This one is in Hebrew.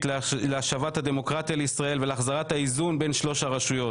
להשבת הדמוקרטיה לישראל ולהחזרת האיזון בין שלוש הרשויות.